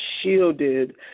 shielded